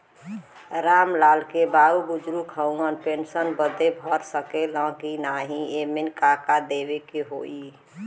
राम लाल के बाऊ बुजुर्ग ह ऊ पेंशन बदे भर सके ले की नाही एमे का का देवे के होई?